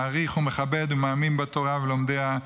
מעריך ומכבד ומאמין בתורה ולומדיה,